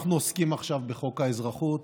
אנחנו עוסקים עכשיו בחוק האזרחות,